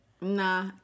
Nah